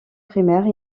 primaires